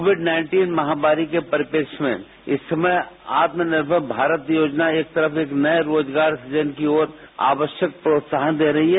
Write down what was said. Covid महामारी के परिष्ठेता में इस समय आत्मनिर्मर मारत योजना एक तरफ एक नए रोजगार सुजन की ओर आवश्यक प्रोत्साहन दे रही है